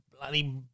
bloody